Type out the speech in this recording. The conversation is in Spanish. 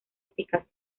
eficaz